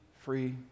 free